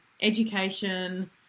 education